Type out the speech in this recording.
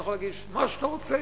אתה יכול להגיש מה שאתה רוצה,